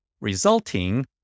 resulting